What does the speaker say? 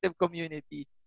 community